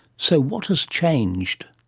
so what has changed?